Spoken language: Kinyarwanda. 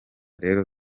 rero